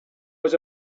was